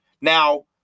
Now